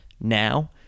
now